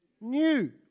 new